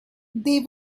they